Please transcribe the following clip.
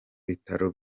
bitaro